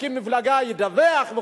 להקים מפלגה ידווח.